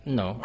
no